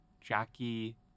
Jackie